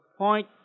Point